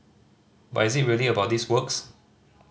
but is it really about these works